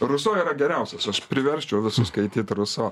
ruso yra geriausias aš priversčiau visus skaityt ruso